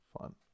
fun